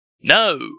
No